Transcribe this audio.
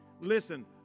Listen